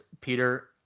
Peter